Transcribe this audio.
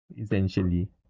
essentially